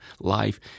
life